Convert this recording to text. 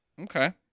Okay